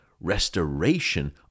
restoration